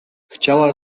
chciała